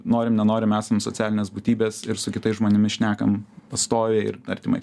norim nenorim esam socialinės būtybės ir su kitais žmonėmis šnekam pastoviai ir artimai